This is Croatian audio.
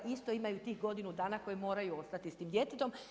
Isto imaju tih godinu dana koje moraju ostati s tim djetetom.